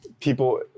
people